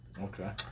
Okay